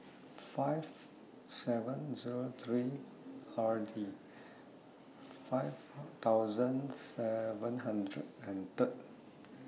five seven Zero three R D five thousand seven hundred and Third